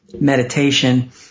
meditation